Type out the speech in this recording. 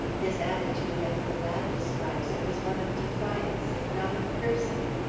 his attitude, as the lad describes it, was one of defiance, if not of cursing.